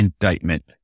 indictment